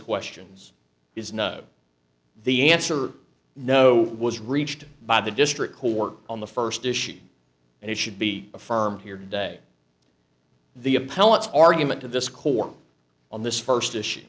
questions is no the answer no was reached by the district court on the first issue and it should be affirmed here today the appellate argument of this court on this first issue